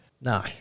No